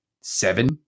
seven